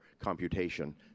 computation